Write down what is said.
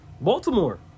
Baltimore